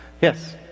Yes